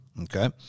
Okay